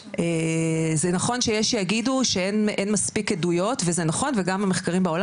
זה נכון שיש שיגידו שאין מספיק עדויות וזה נכון וגם המחקרים בעולם